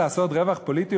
לעשות רווח פוליטי,